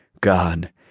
God